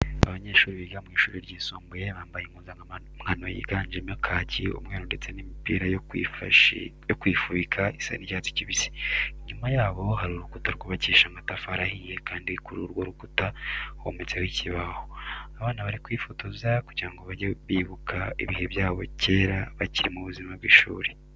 Abanyeshuri biga mu ishuri ryisumbuye, bambaye impuzankano yiganjemo kaki, umweru ndetse n'imipira yo kwifubika isa n'icyatsi kibisi. Inyuma yabo hari urukuta rwubakishije amatafari ahiye kandi kuri urwo rukuta hometse ho ikibaho. Abana bari kwifotoza kugira ngo bajye bibuka ibihe byabo cyera bakiri mu buzima bw'ishuri.